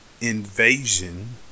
invasion